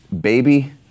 baby